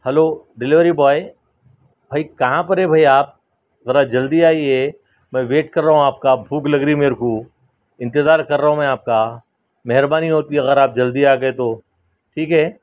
hello delivery boy بھائی کہاں پر ہے بھائی آپ ذرا جلدی آئیے میں ویٹ کر رہا ہوں آپ کا بھوک لگ رہی میرے کو انتظار کر رہا ہوں میں آپ کا مہربانی ہوتی اگر آپ جلدی آ گیے تو ٹھیک ہے